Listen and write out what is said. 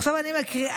עכשיו אני מקריאה,